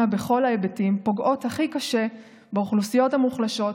בכל ההיבטים פוגעות הכי קשה באוכלוסיות המוחלשות,